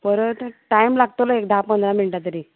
परत टायम लागतलो एक धा पंदरा मिनटां तरी